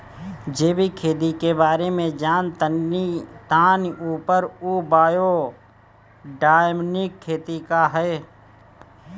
जैविक खेती के बारे जान तानी पर उ बायोडायनमिक खेती का ह?